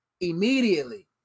immediately